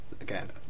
again